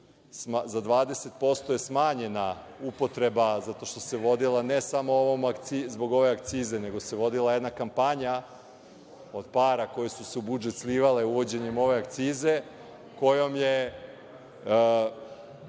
Za 20% je smanjena upotreba, zato što se vodila ne samo zbog ove akcize, nego se vodila jedna kampanja od para koje su se u budžet slivale uvođenjem ove akcize, kojom je